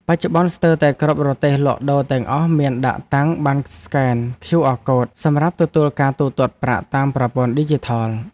បច្ចុប្បន្នស្ទើរតែគ្រប់រទេះលក់ដូរទាំងអស់មានដាក់តាំងប័ណ្ណស្កែនឃ្យូអរកូដសម្រាប់ទទួលការទូទាត់ប្រាក់តាមប្រព័ន្ធឌីជីថល។